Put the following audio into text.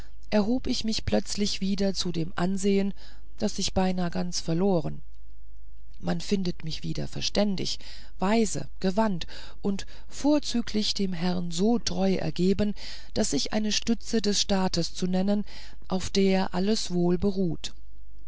erhob ich mich plötzlich wieder zu dem ansehen das ich beinahe ganz verloren man findet mich wieder verständig weise gewandt und vorzüglich dem herrn so treu ergeben daß ich eine stütze des staats zu nennen auf der alles wohl beruht